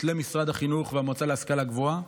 למשרד החינוך והמועצה להשכלה גבוהה.